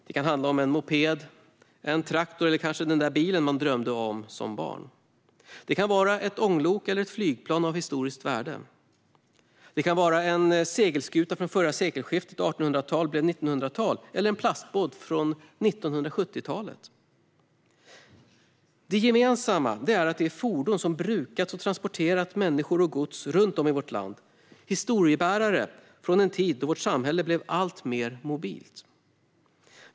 Det kan handla om en moped, en traktor eller kanske den där bilen man drömde om som barn. Det kan vara ett ånglok eller ett flygplan av historiskt värde. Det kan vara en segelskuta från förra sekelskiftet, då 1800-tal blev 1900-tal, eller en plastbåt från 1970-talet. Det gemensamma är att det är fordon som brukats och transporterat människor och gods runt om i vårt land, historiebärare från en tid då vårt samhälle blev allt mer mobilt.